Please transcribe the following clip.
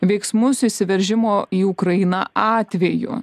veiksmus įsiveržimo į ukrainą atveju